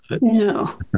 No